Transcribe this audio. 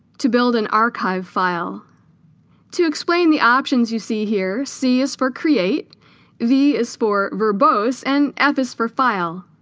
to build an archive file to explain the options you see here c is for create v is for verbose and f is for file